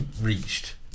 reached